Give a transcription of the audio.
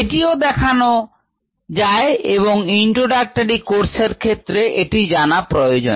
এটিও দেখানো যায় এবং introductory কোর্সের ক্ষেত্রে এটি জানা প্রয়োজন